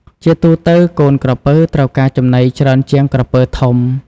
ជាទូទៅ កូនក្រពើត្រូវការចំណីច្រើនជាងក្រពើធំ។